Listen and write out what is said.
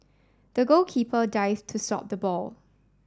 the goalkeeper dive to stop the ball